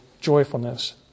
joyfulness